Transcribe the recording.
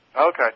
Okay